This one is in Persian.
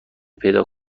پیدا